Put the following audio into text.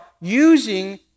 using